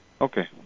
Okay